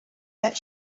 that